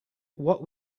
what